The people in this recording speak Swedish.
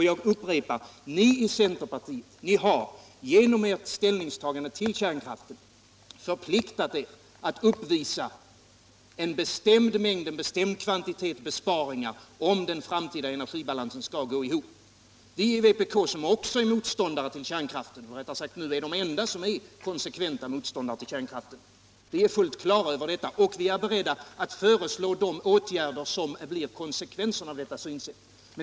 Jag upprepar: Ni i centerpartiet har genom ert ställningstagande till kärnkraften förpliktat er att uppvisa en bestämd kvantitet besparingar om den framtida energibalansen skall gå ihop. Vi i vpk, som också är motståndare till kärnkraften — rättare sagt de enda som nu är konsekventa motståndare till kärnkraften — är fullt klara över detta. Vi är beredda att föreslå de åtgärder som blir konsekvensen av detta synsätt.